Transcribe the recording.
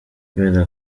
kubera